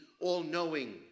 all-knowing